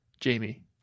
Jamie